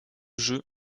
jeu